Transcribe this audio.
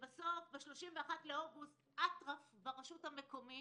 שבסוף ב-31 באוגוסט יש אטרף ברשות המקומית